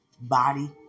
Body